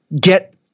get